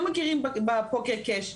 לא מכירים בפוקר קאש,